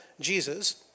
Jesus